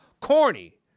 corny